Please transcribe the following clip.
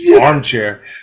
armchair